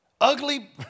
Ugly